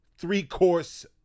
three-course